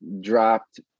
dropped